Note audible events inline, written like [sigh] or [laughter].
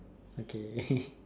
okay [laughs]